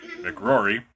McRory